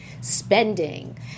spending